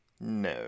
No